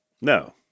No